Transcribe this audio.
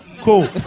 cool